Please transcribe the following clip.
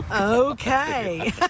Okay